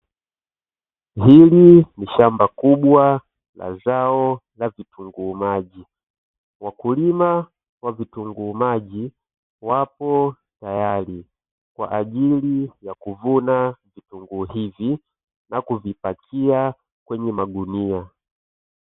Hili ni shamba kubwa la zao la vitunguu maji, wakulima wa vitunguu maji wapo tayari kwa ajili ya kuvuna vitunguu hivi na kuvipakia kwenye magunia.